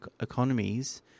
economies